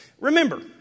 Remember